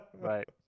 Right